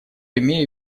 имею